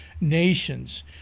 nations